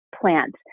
plant